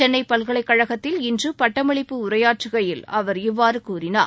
சென்ளை பல்கலைக்கழகத்தில் இன்று பட்டமளிப்பு உரையாற்றுகையில் அவர் இவ்வாறு கூறினார்